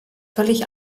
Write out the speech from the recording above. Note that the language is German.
völlig